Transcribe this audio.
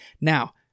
now